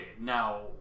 Now